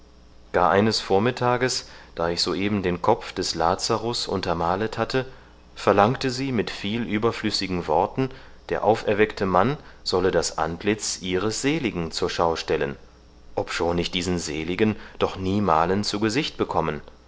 gar eines vormittages da ich soeben den kopf des lazarus untermalet hatte verlangte sie mit viel überflüssigen worten der auferweckte mann solle das antlitz ihres seligen zur schau stellen obschon ich diesen seligen doch niemalen zu gesicht bekommen